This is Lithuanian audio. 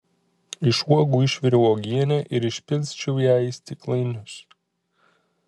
iš uogų išviriau uogienę ir išpilsčiau ją į stiklainius